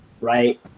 right